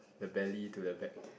the belly to the back